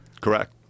Correct